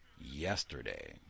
yesterday